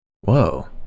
Whoa